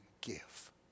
give